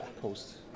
post